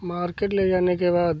market ले जाने के बाद